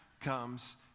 comes